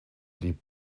blieb